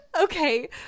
Okay